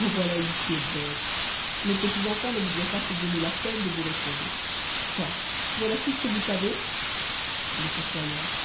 en voilà une qui est bête nos petits enfants ne voudraient pas se donner la peine de vous répondre quoi voilà tout ce que vous savez le fossoyeur